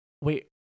Wait